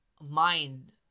mind